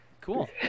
cool